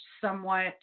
somewhat